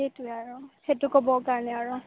সেইটোৱে আৰু সেইটো ক'বৰ কাৰণে আৰু